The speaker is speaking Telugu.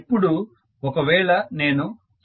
ఇప్పుడు ఒకవేళ నేను 5